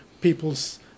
people's